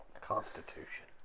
constitution